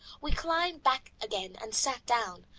we climbed back again and sat down,